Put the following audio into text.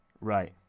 Right